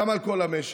גם על כל המשק.